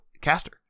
Caster